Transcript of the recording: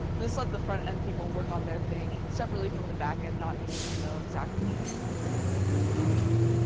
and this let the frontend people work on their thing separately from the backend, not needing to know exactly what was going on. but they could go look,